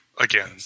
Again